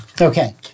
Okay